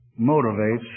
motivates